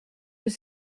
was